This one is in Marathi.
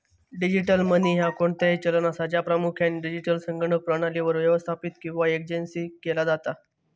डिजिटल मनी ह्या कोणताही चलन असा, ज्या प्रामुख्यान डिजिटल संगणक प्रणालीवर व्यवस्थापित किंवा एक्सचेंज केला जाता